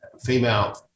female